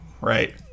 Right